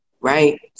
right